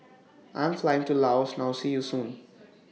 I Am Flying to Laos now See YOU Soon